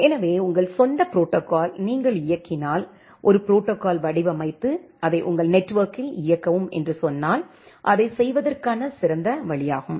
எனவே உங்கள் சொந்த புரோட்டோகால் நீங்கள் இயக்கினால் ஒரு புரோட்டோகால் வடிவமைத்து அதை உங்கள் நெட்வொர்க்கில் இயக்கவும் என்று சொன்னால் அதைச் செய்வதற்கான சிறந்த வழியாகும்